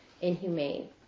inhumane